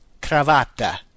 cravatta